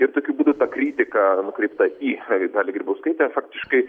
ir tokiu būdu ta kritika nukreipta į dalią grybauskaitę faktiškai